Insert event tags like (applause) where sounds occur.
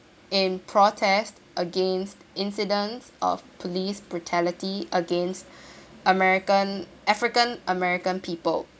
in protest against incidents of police brutality against (breath) american african american people